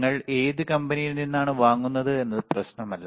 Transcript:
നിങ്ങൾ ഏത് കമ്പനിയിൽ നിന്നാണ് വാങ്ങുന്നത് എന്നത് പ്രശ്നമല്ല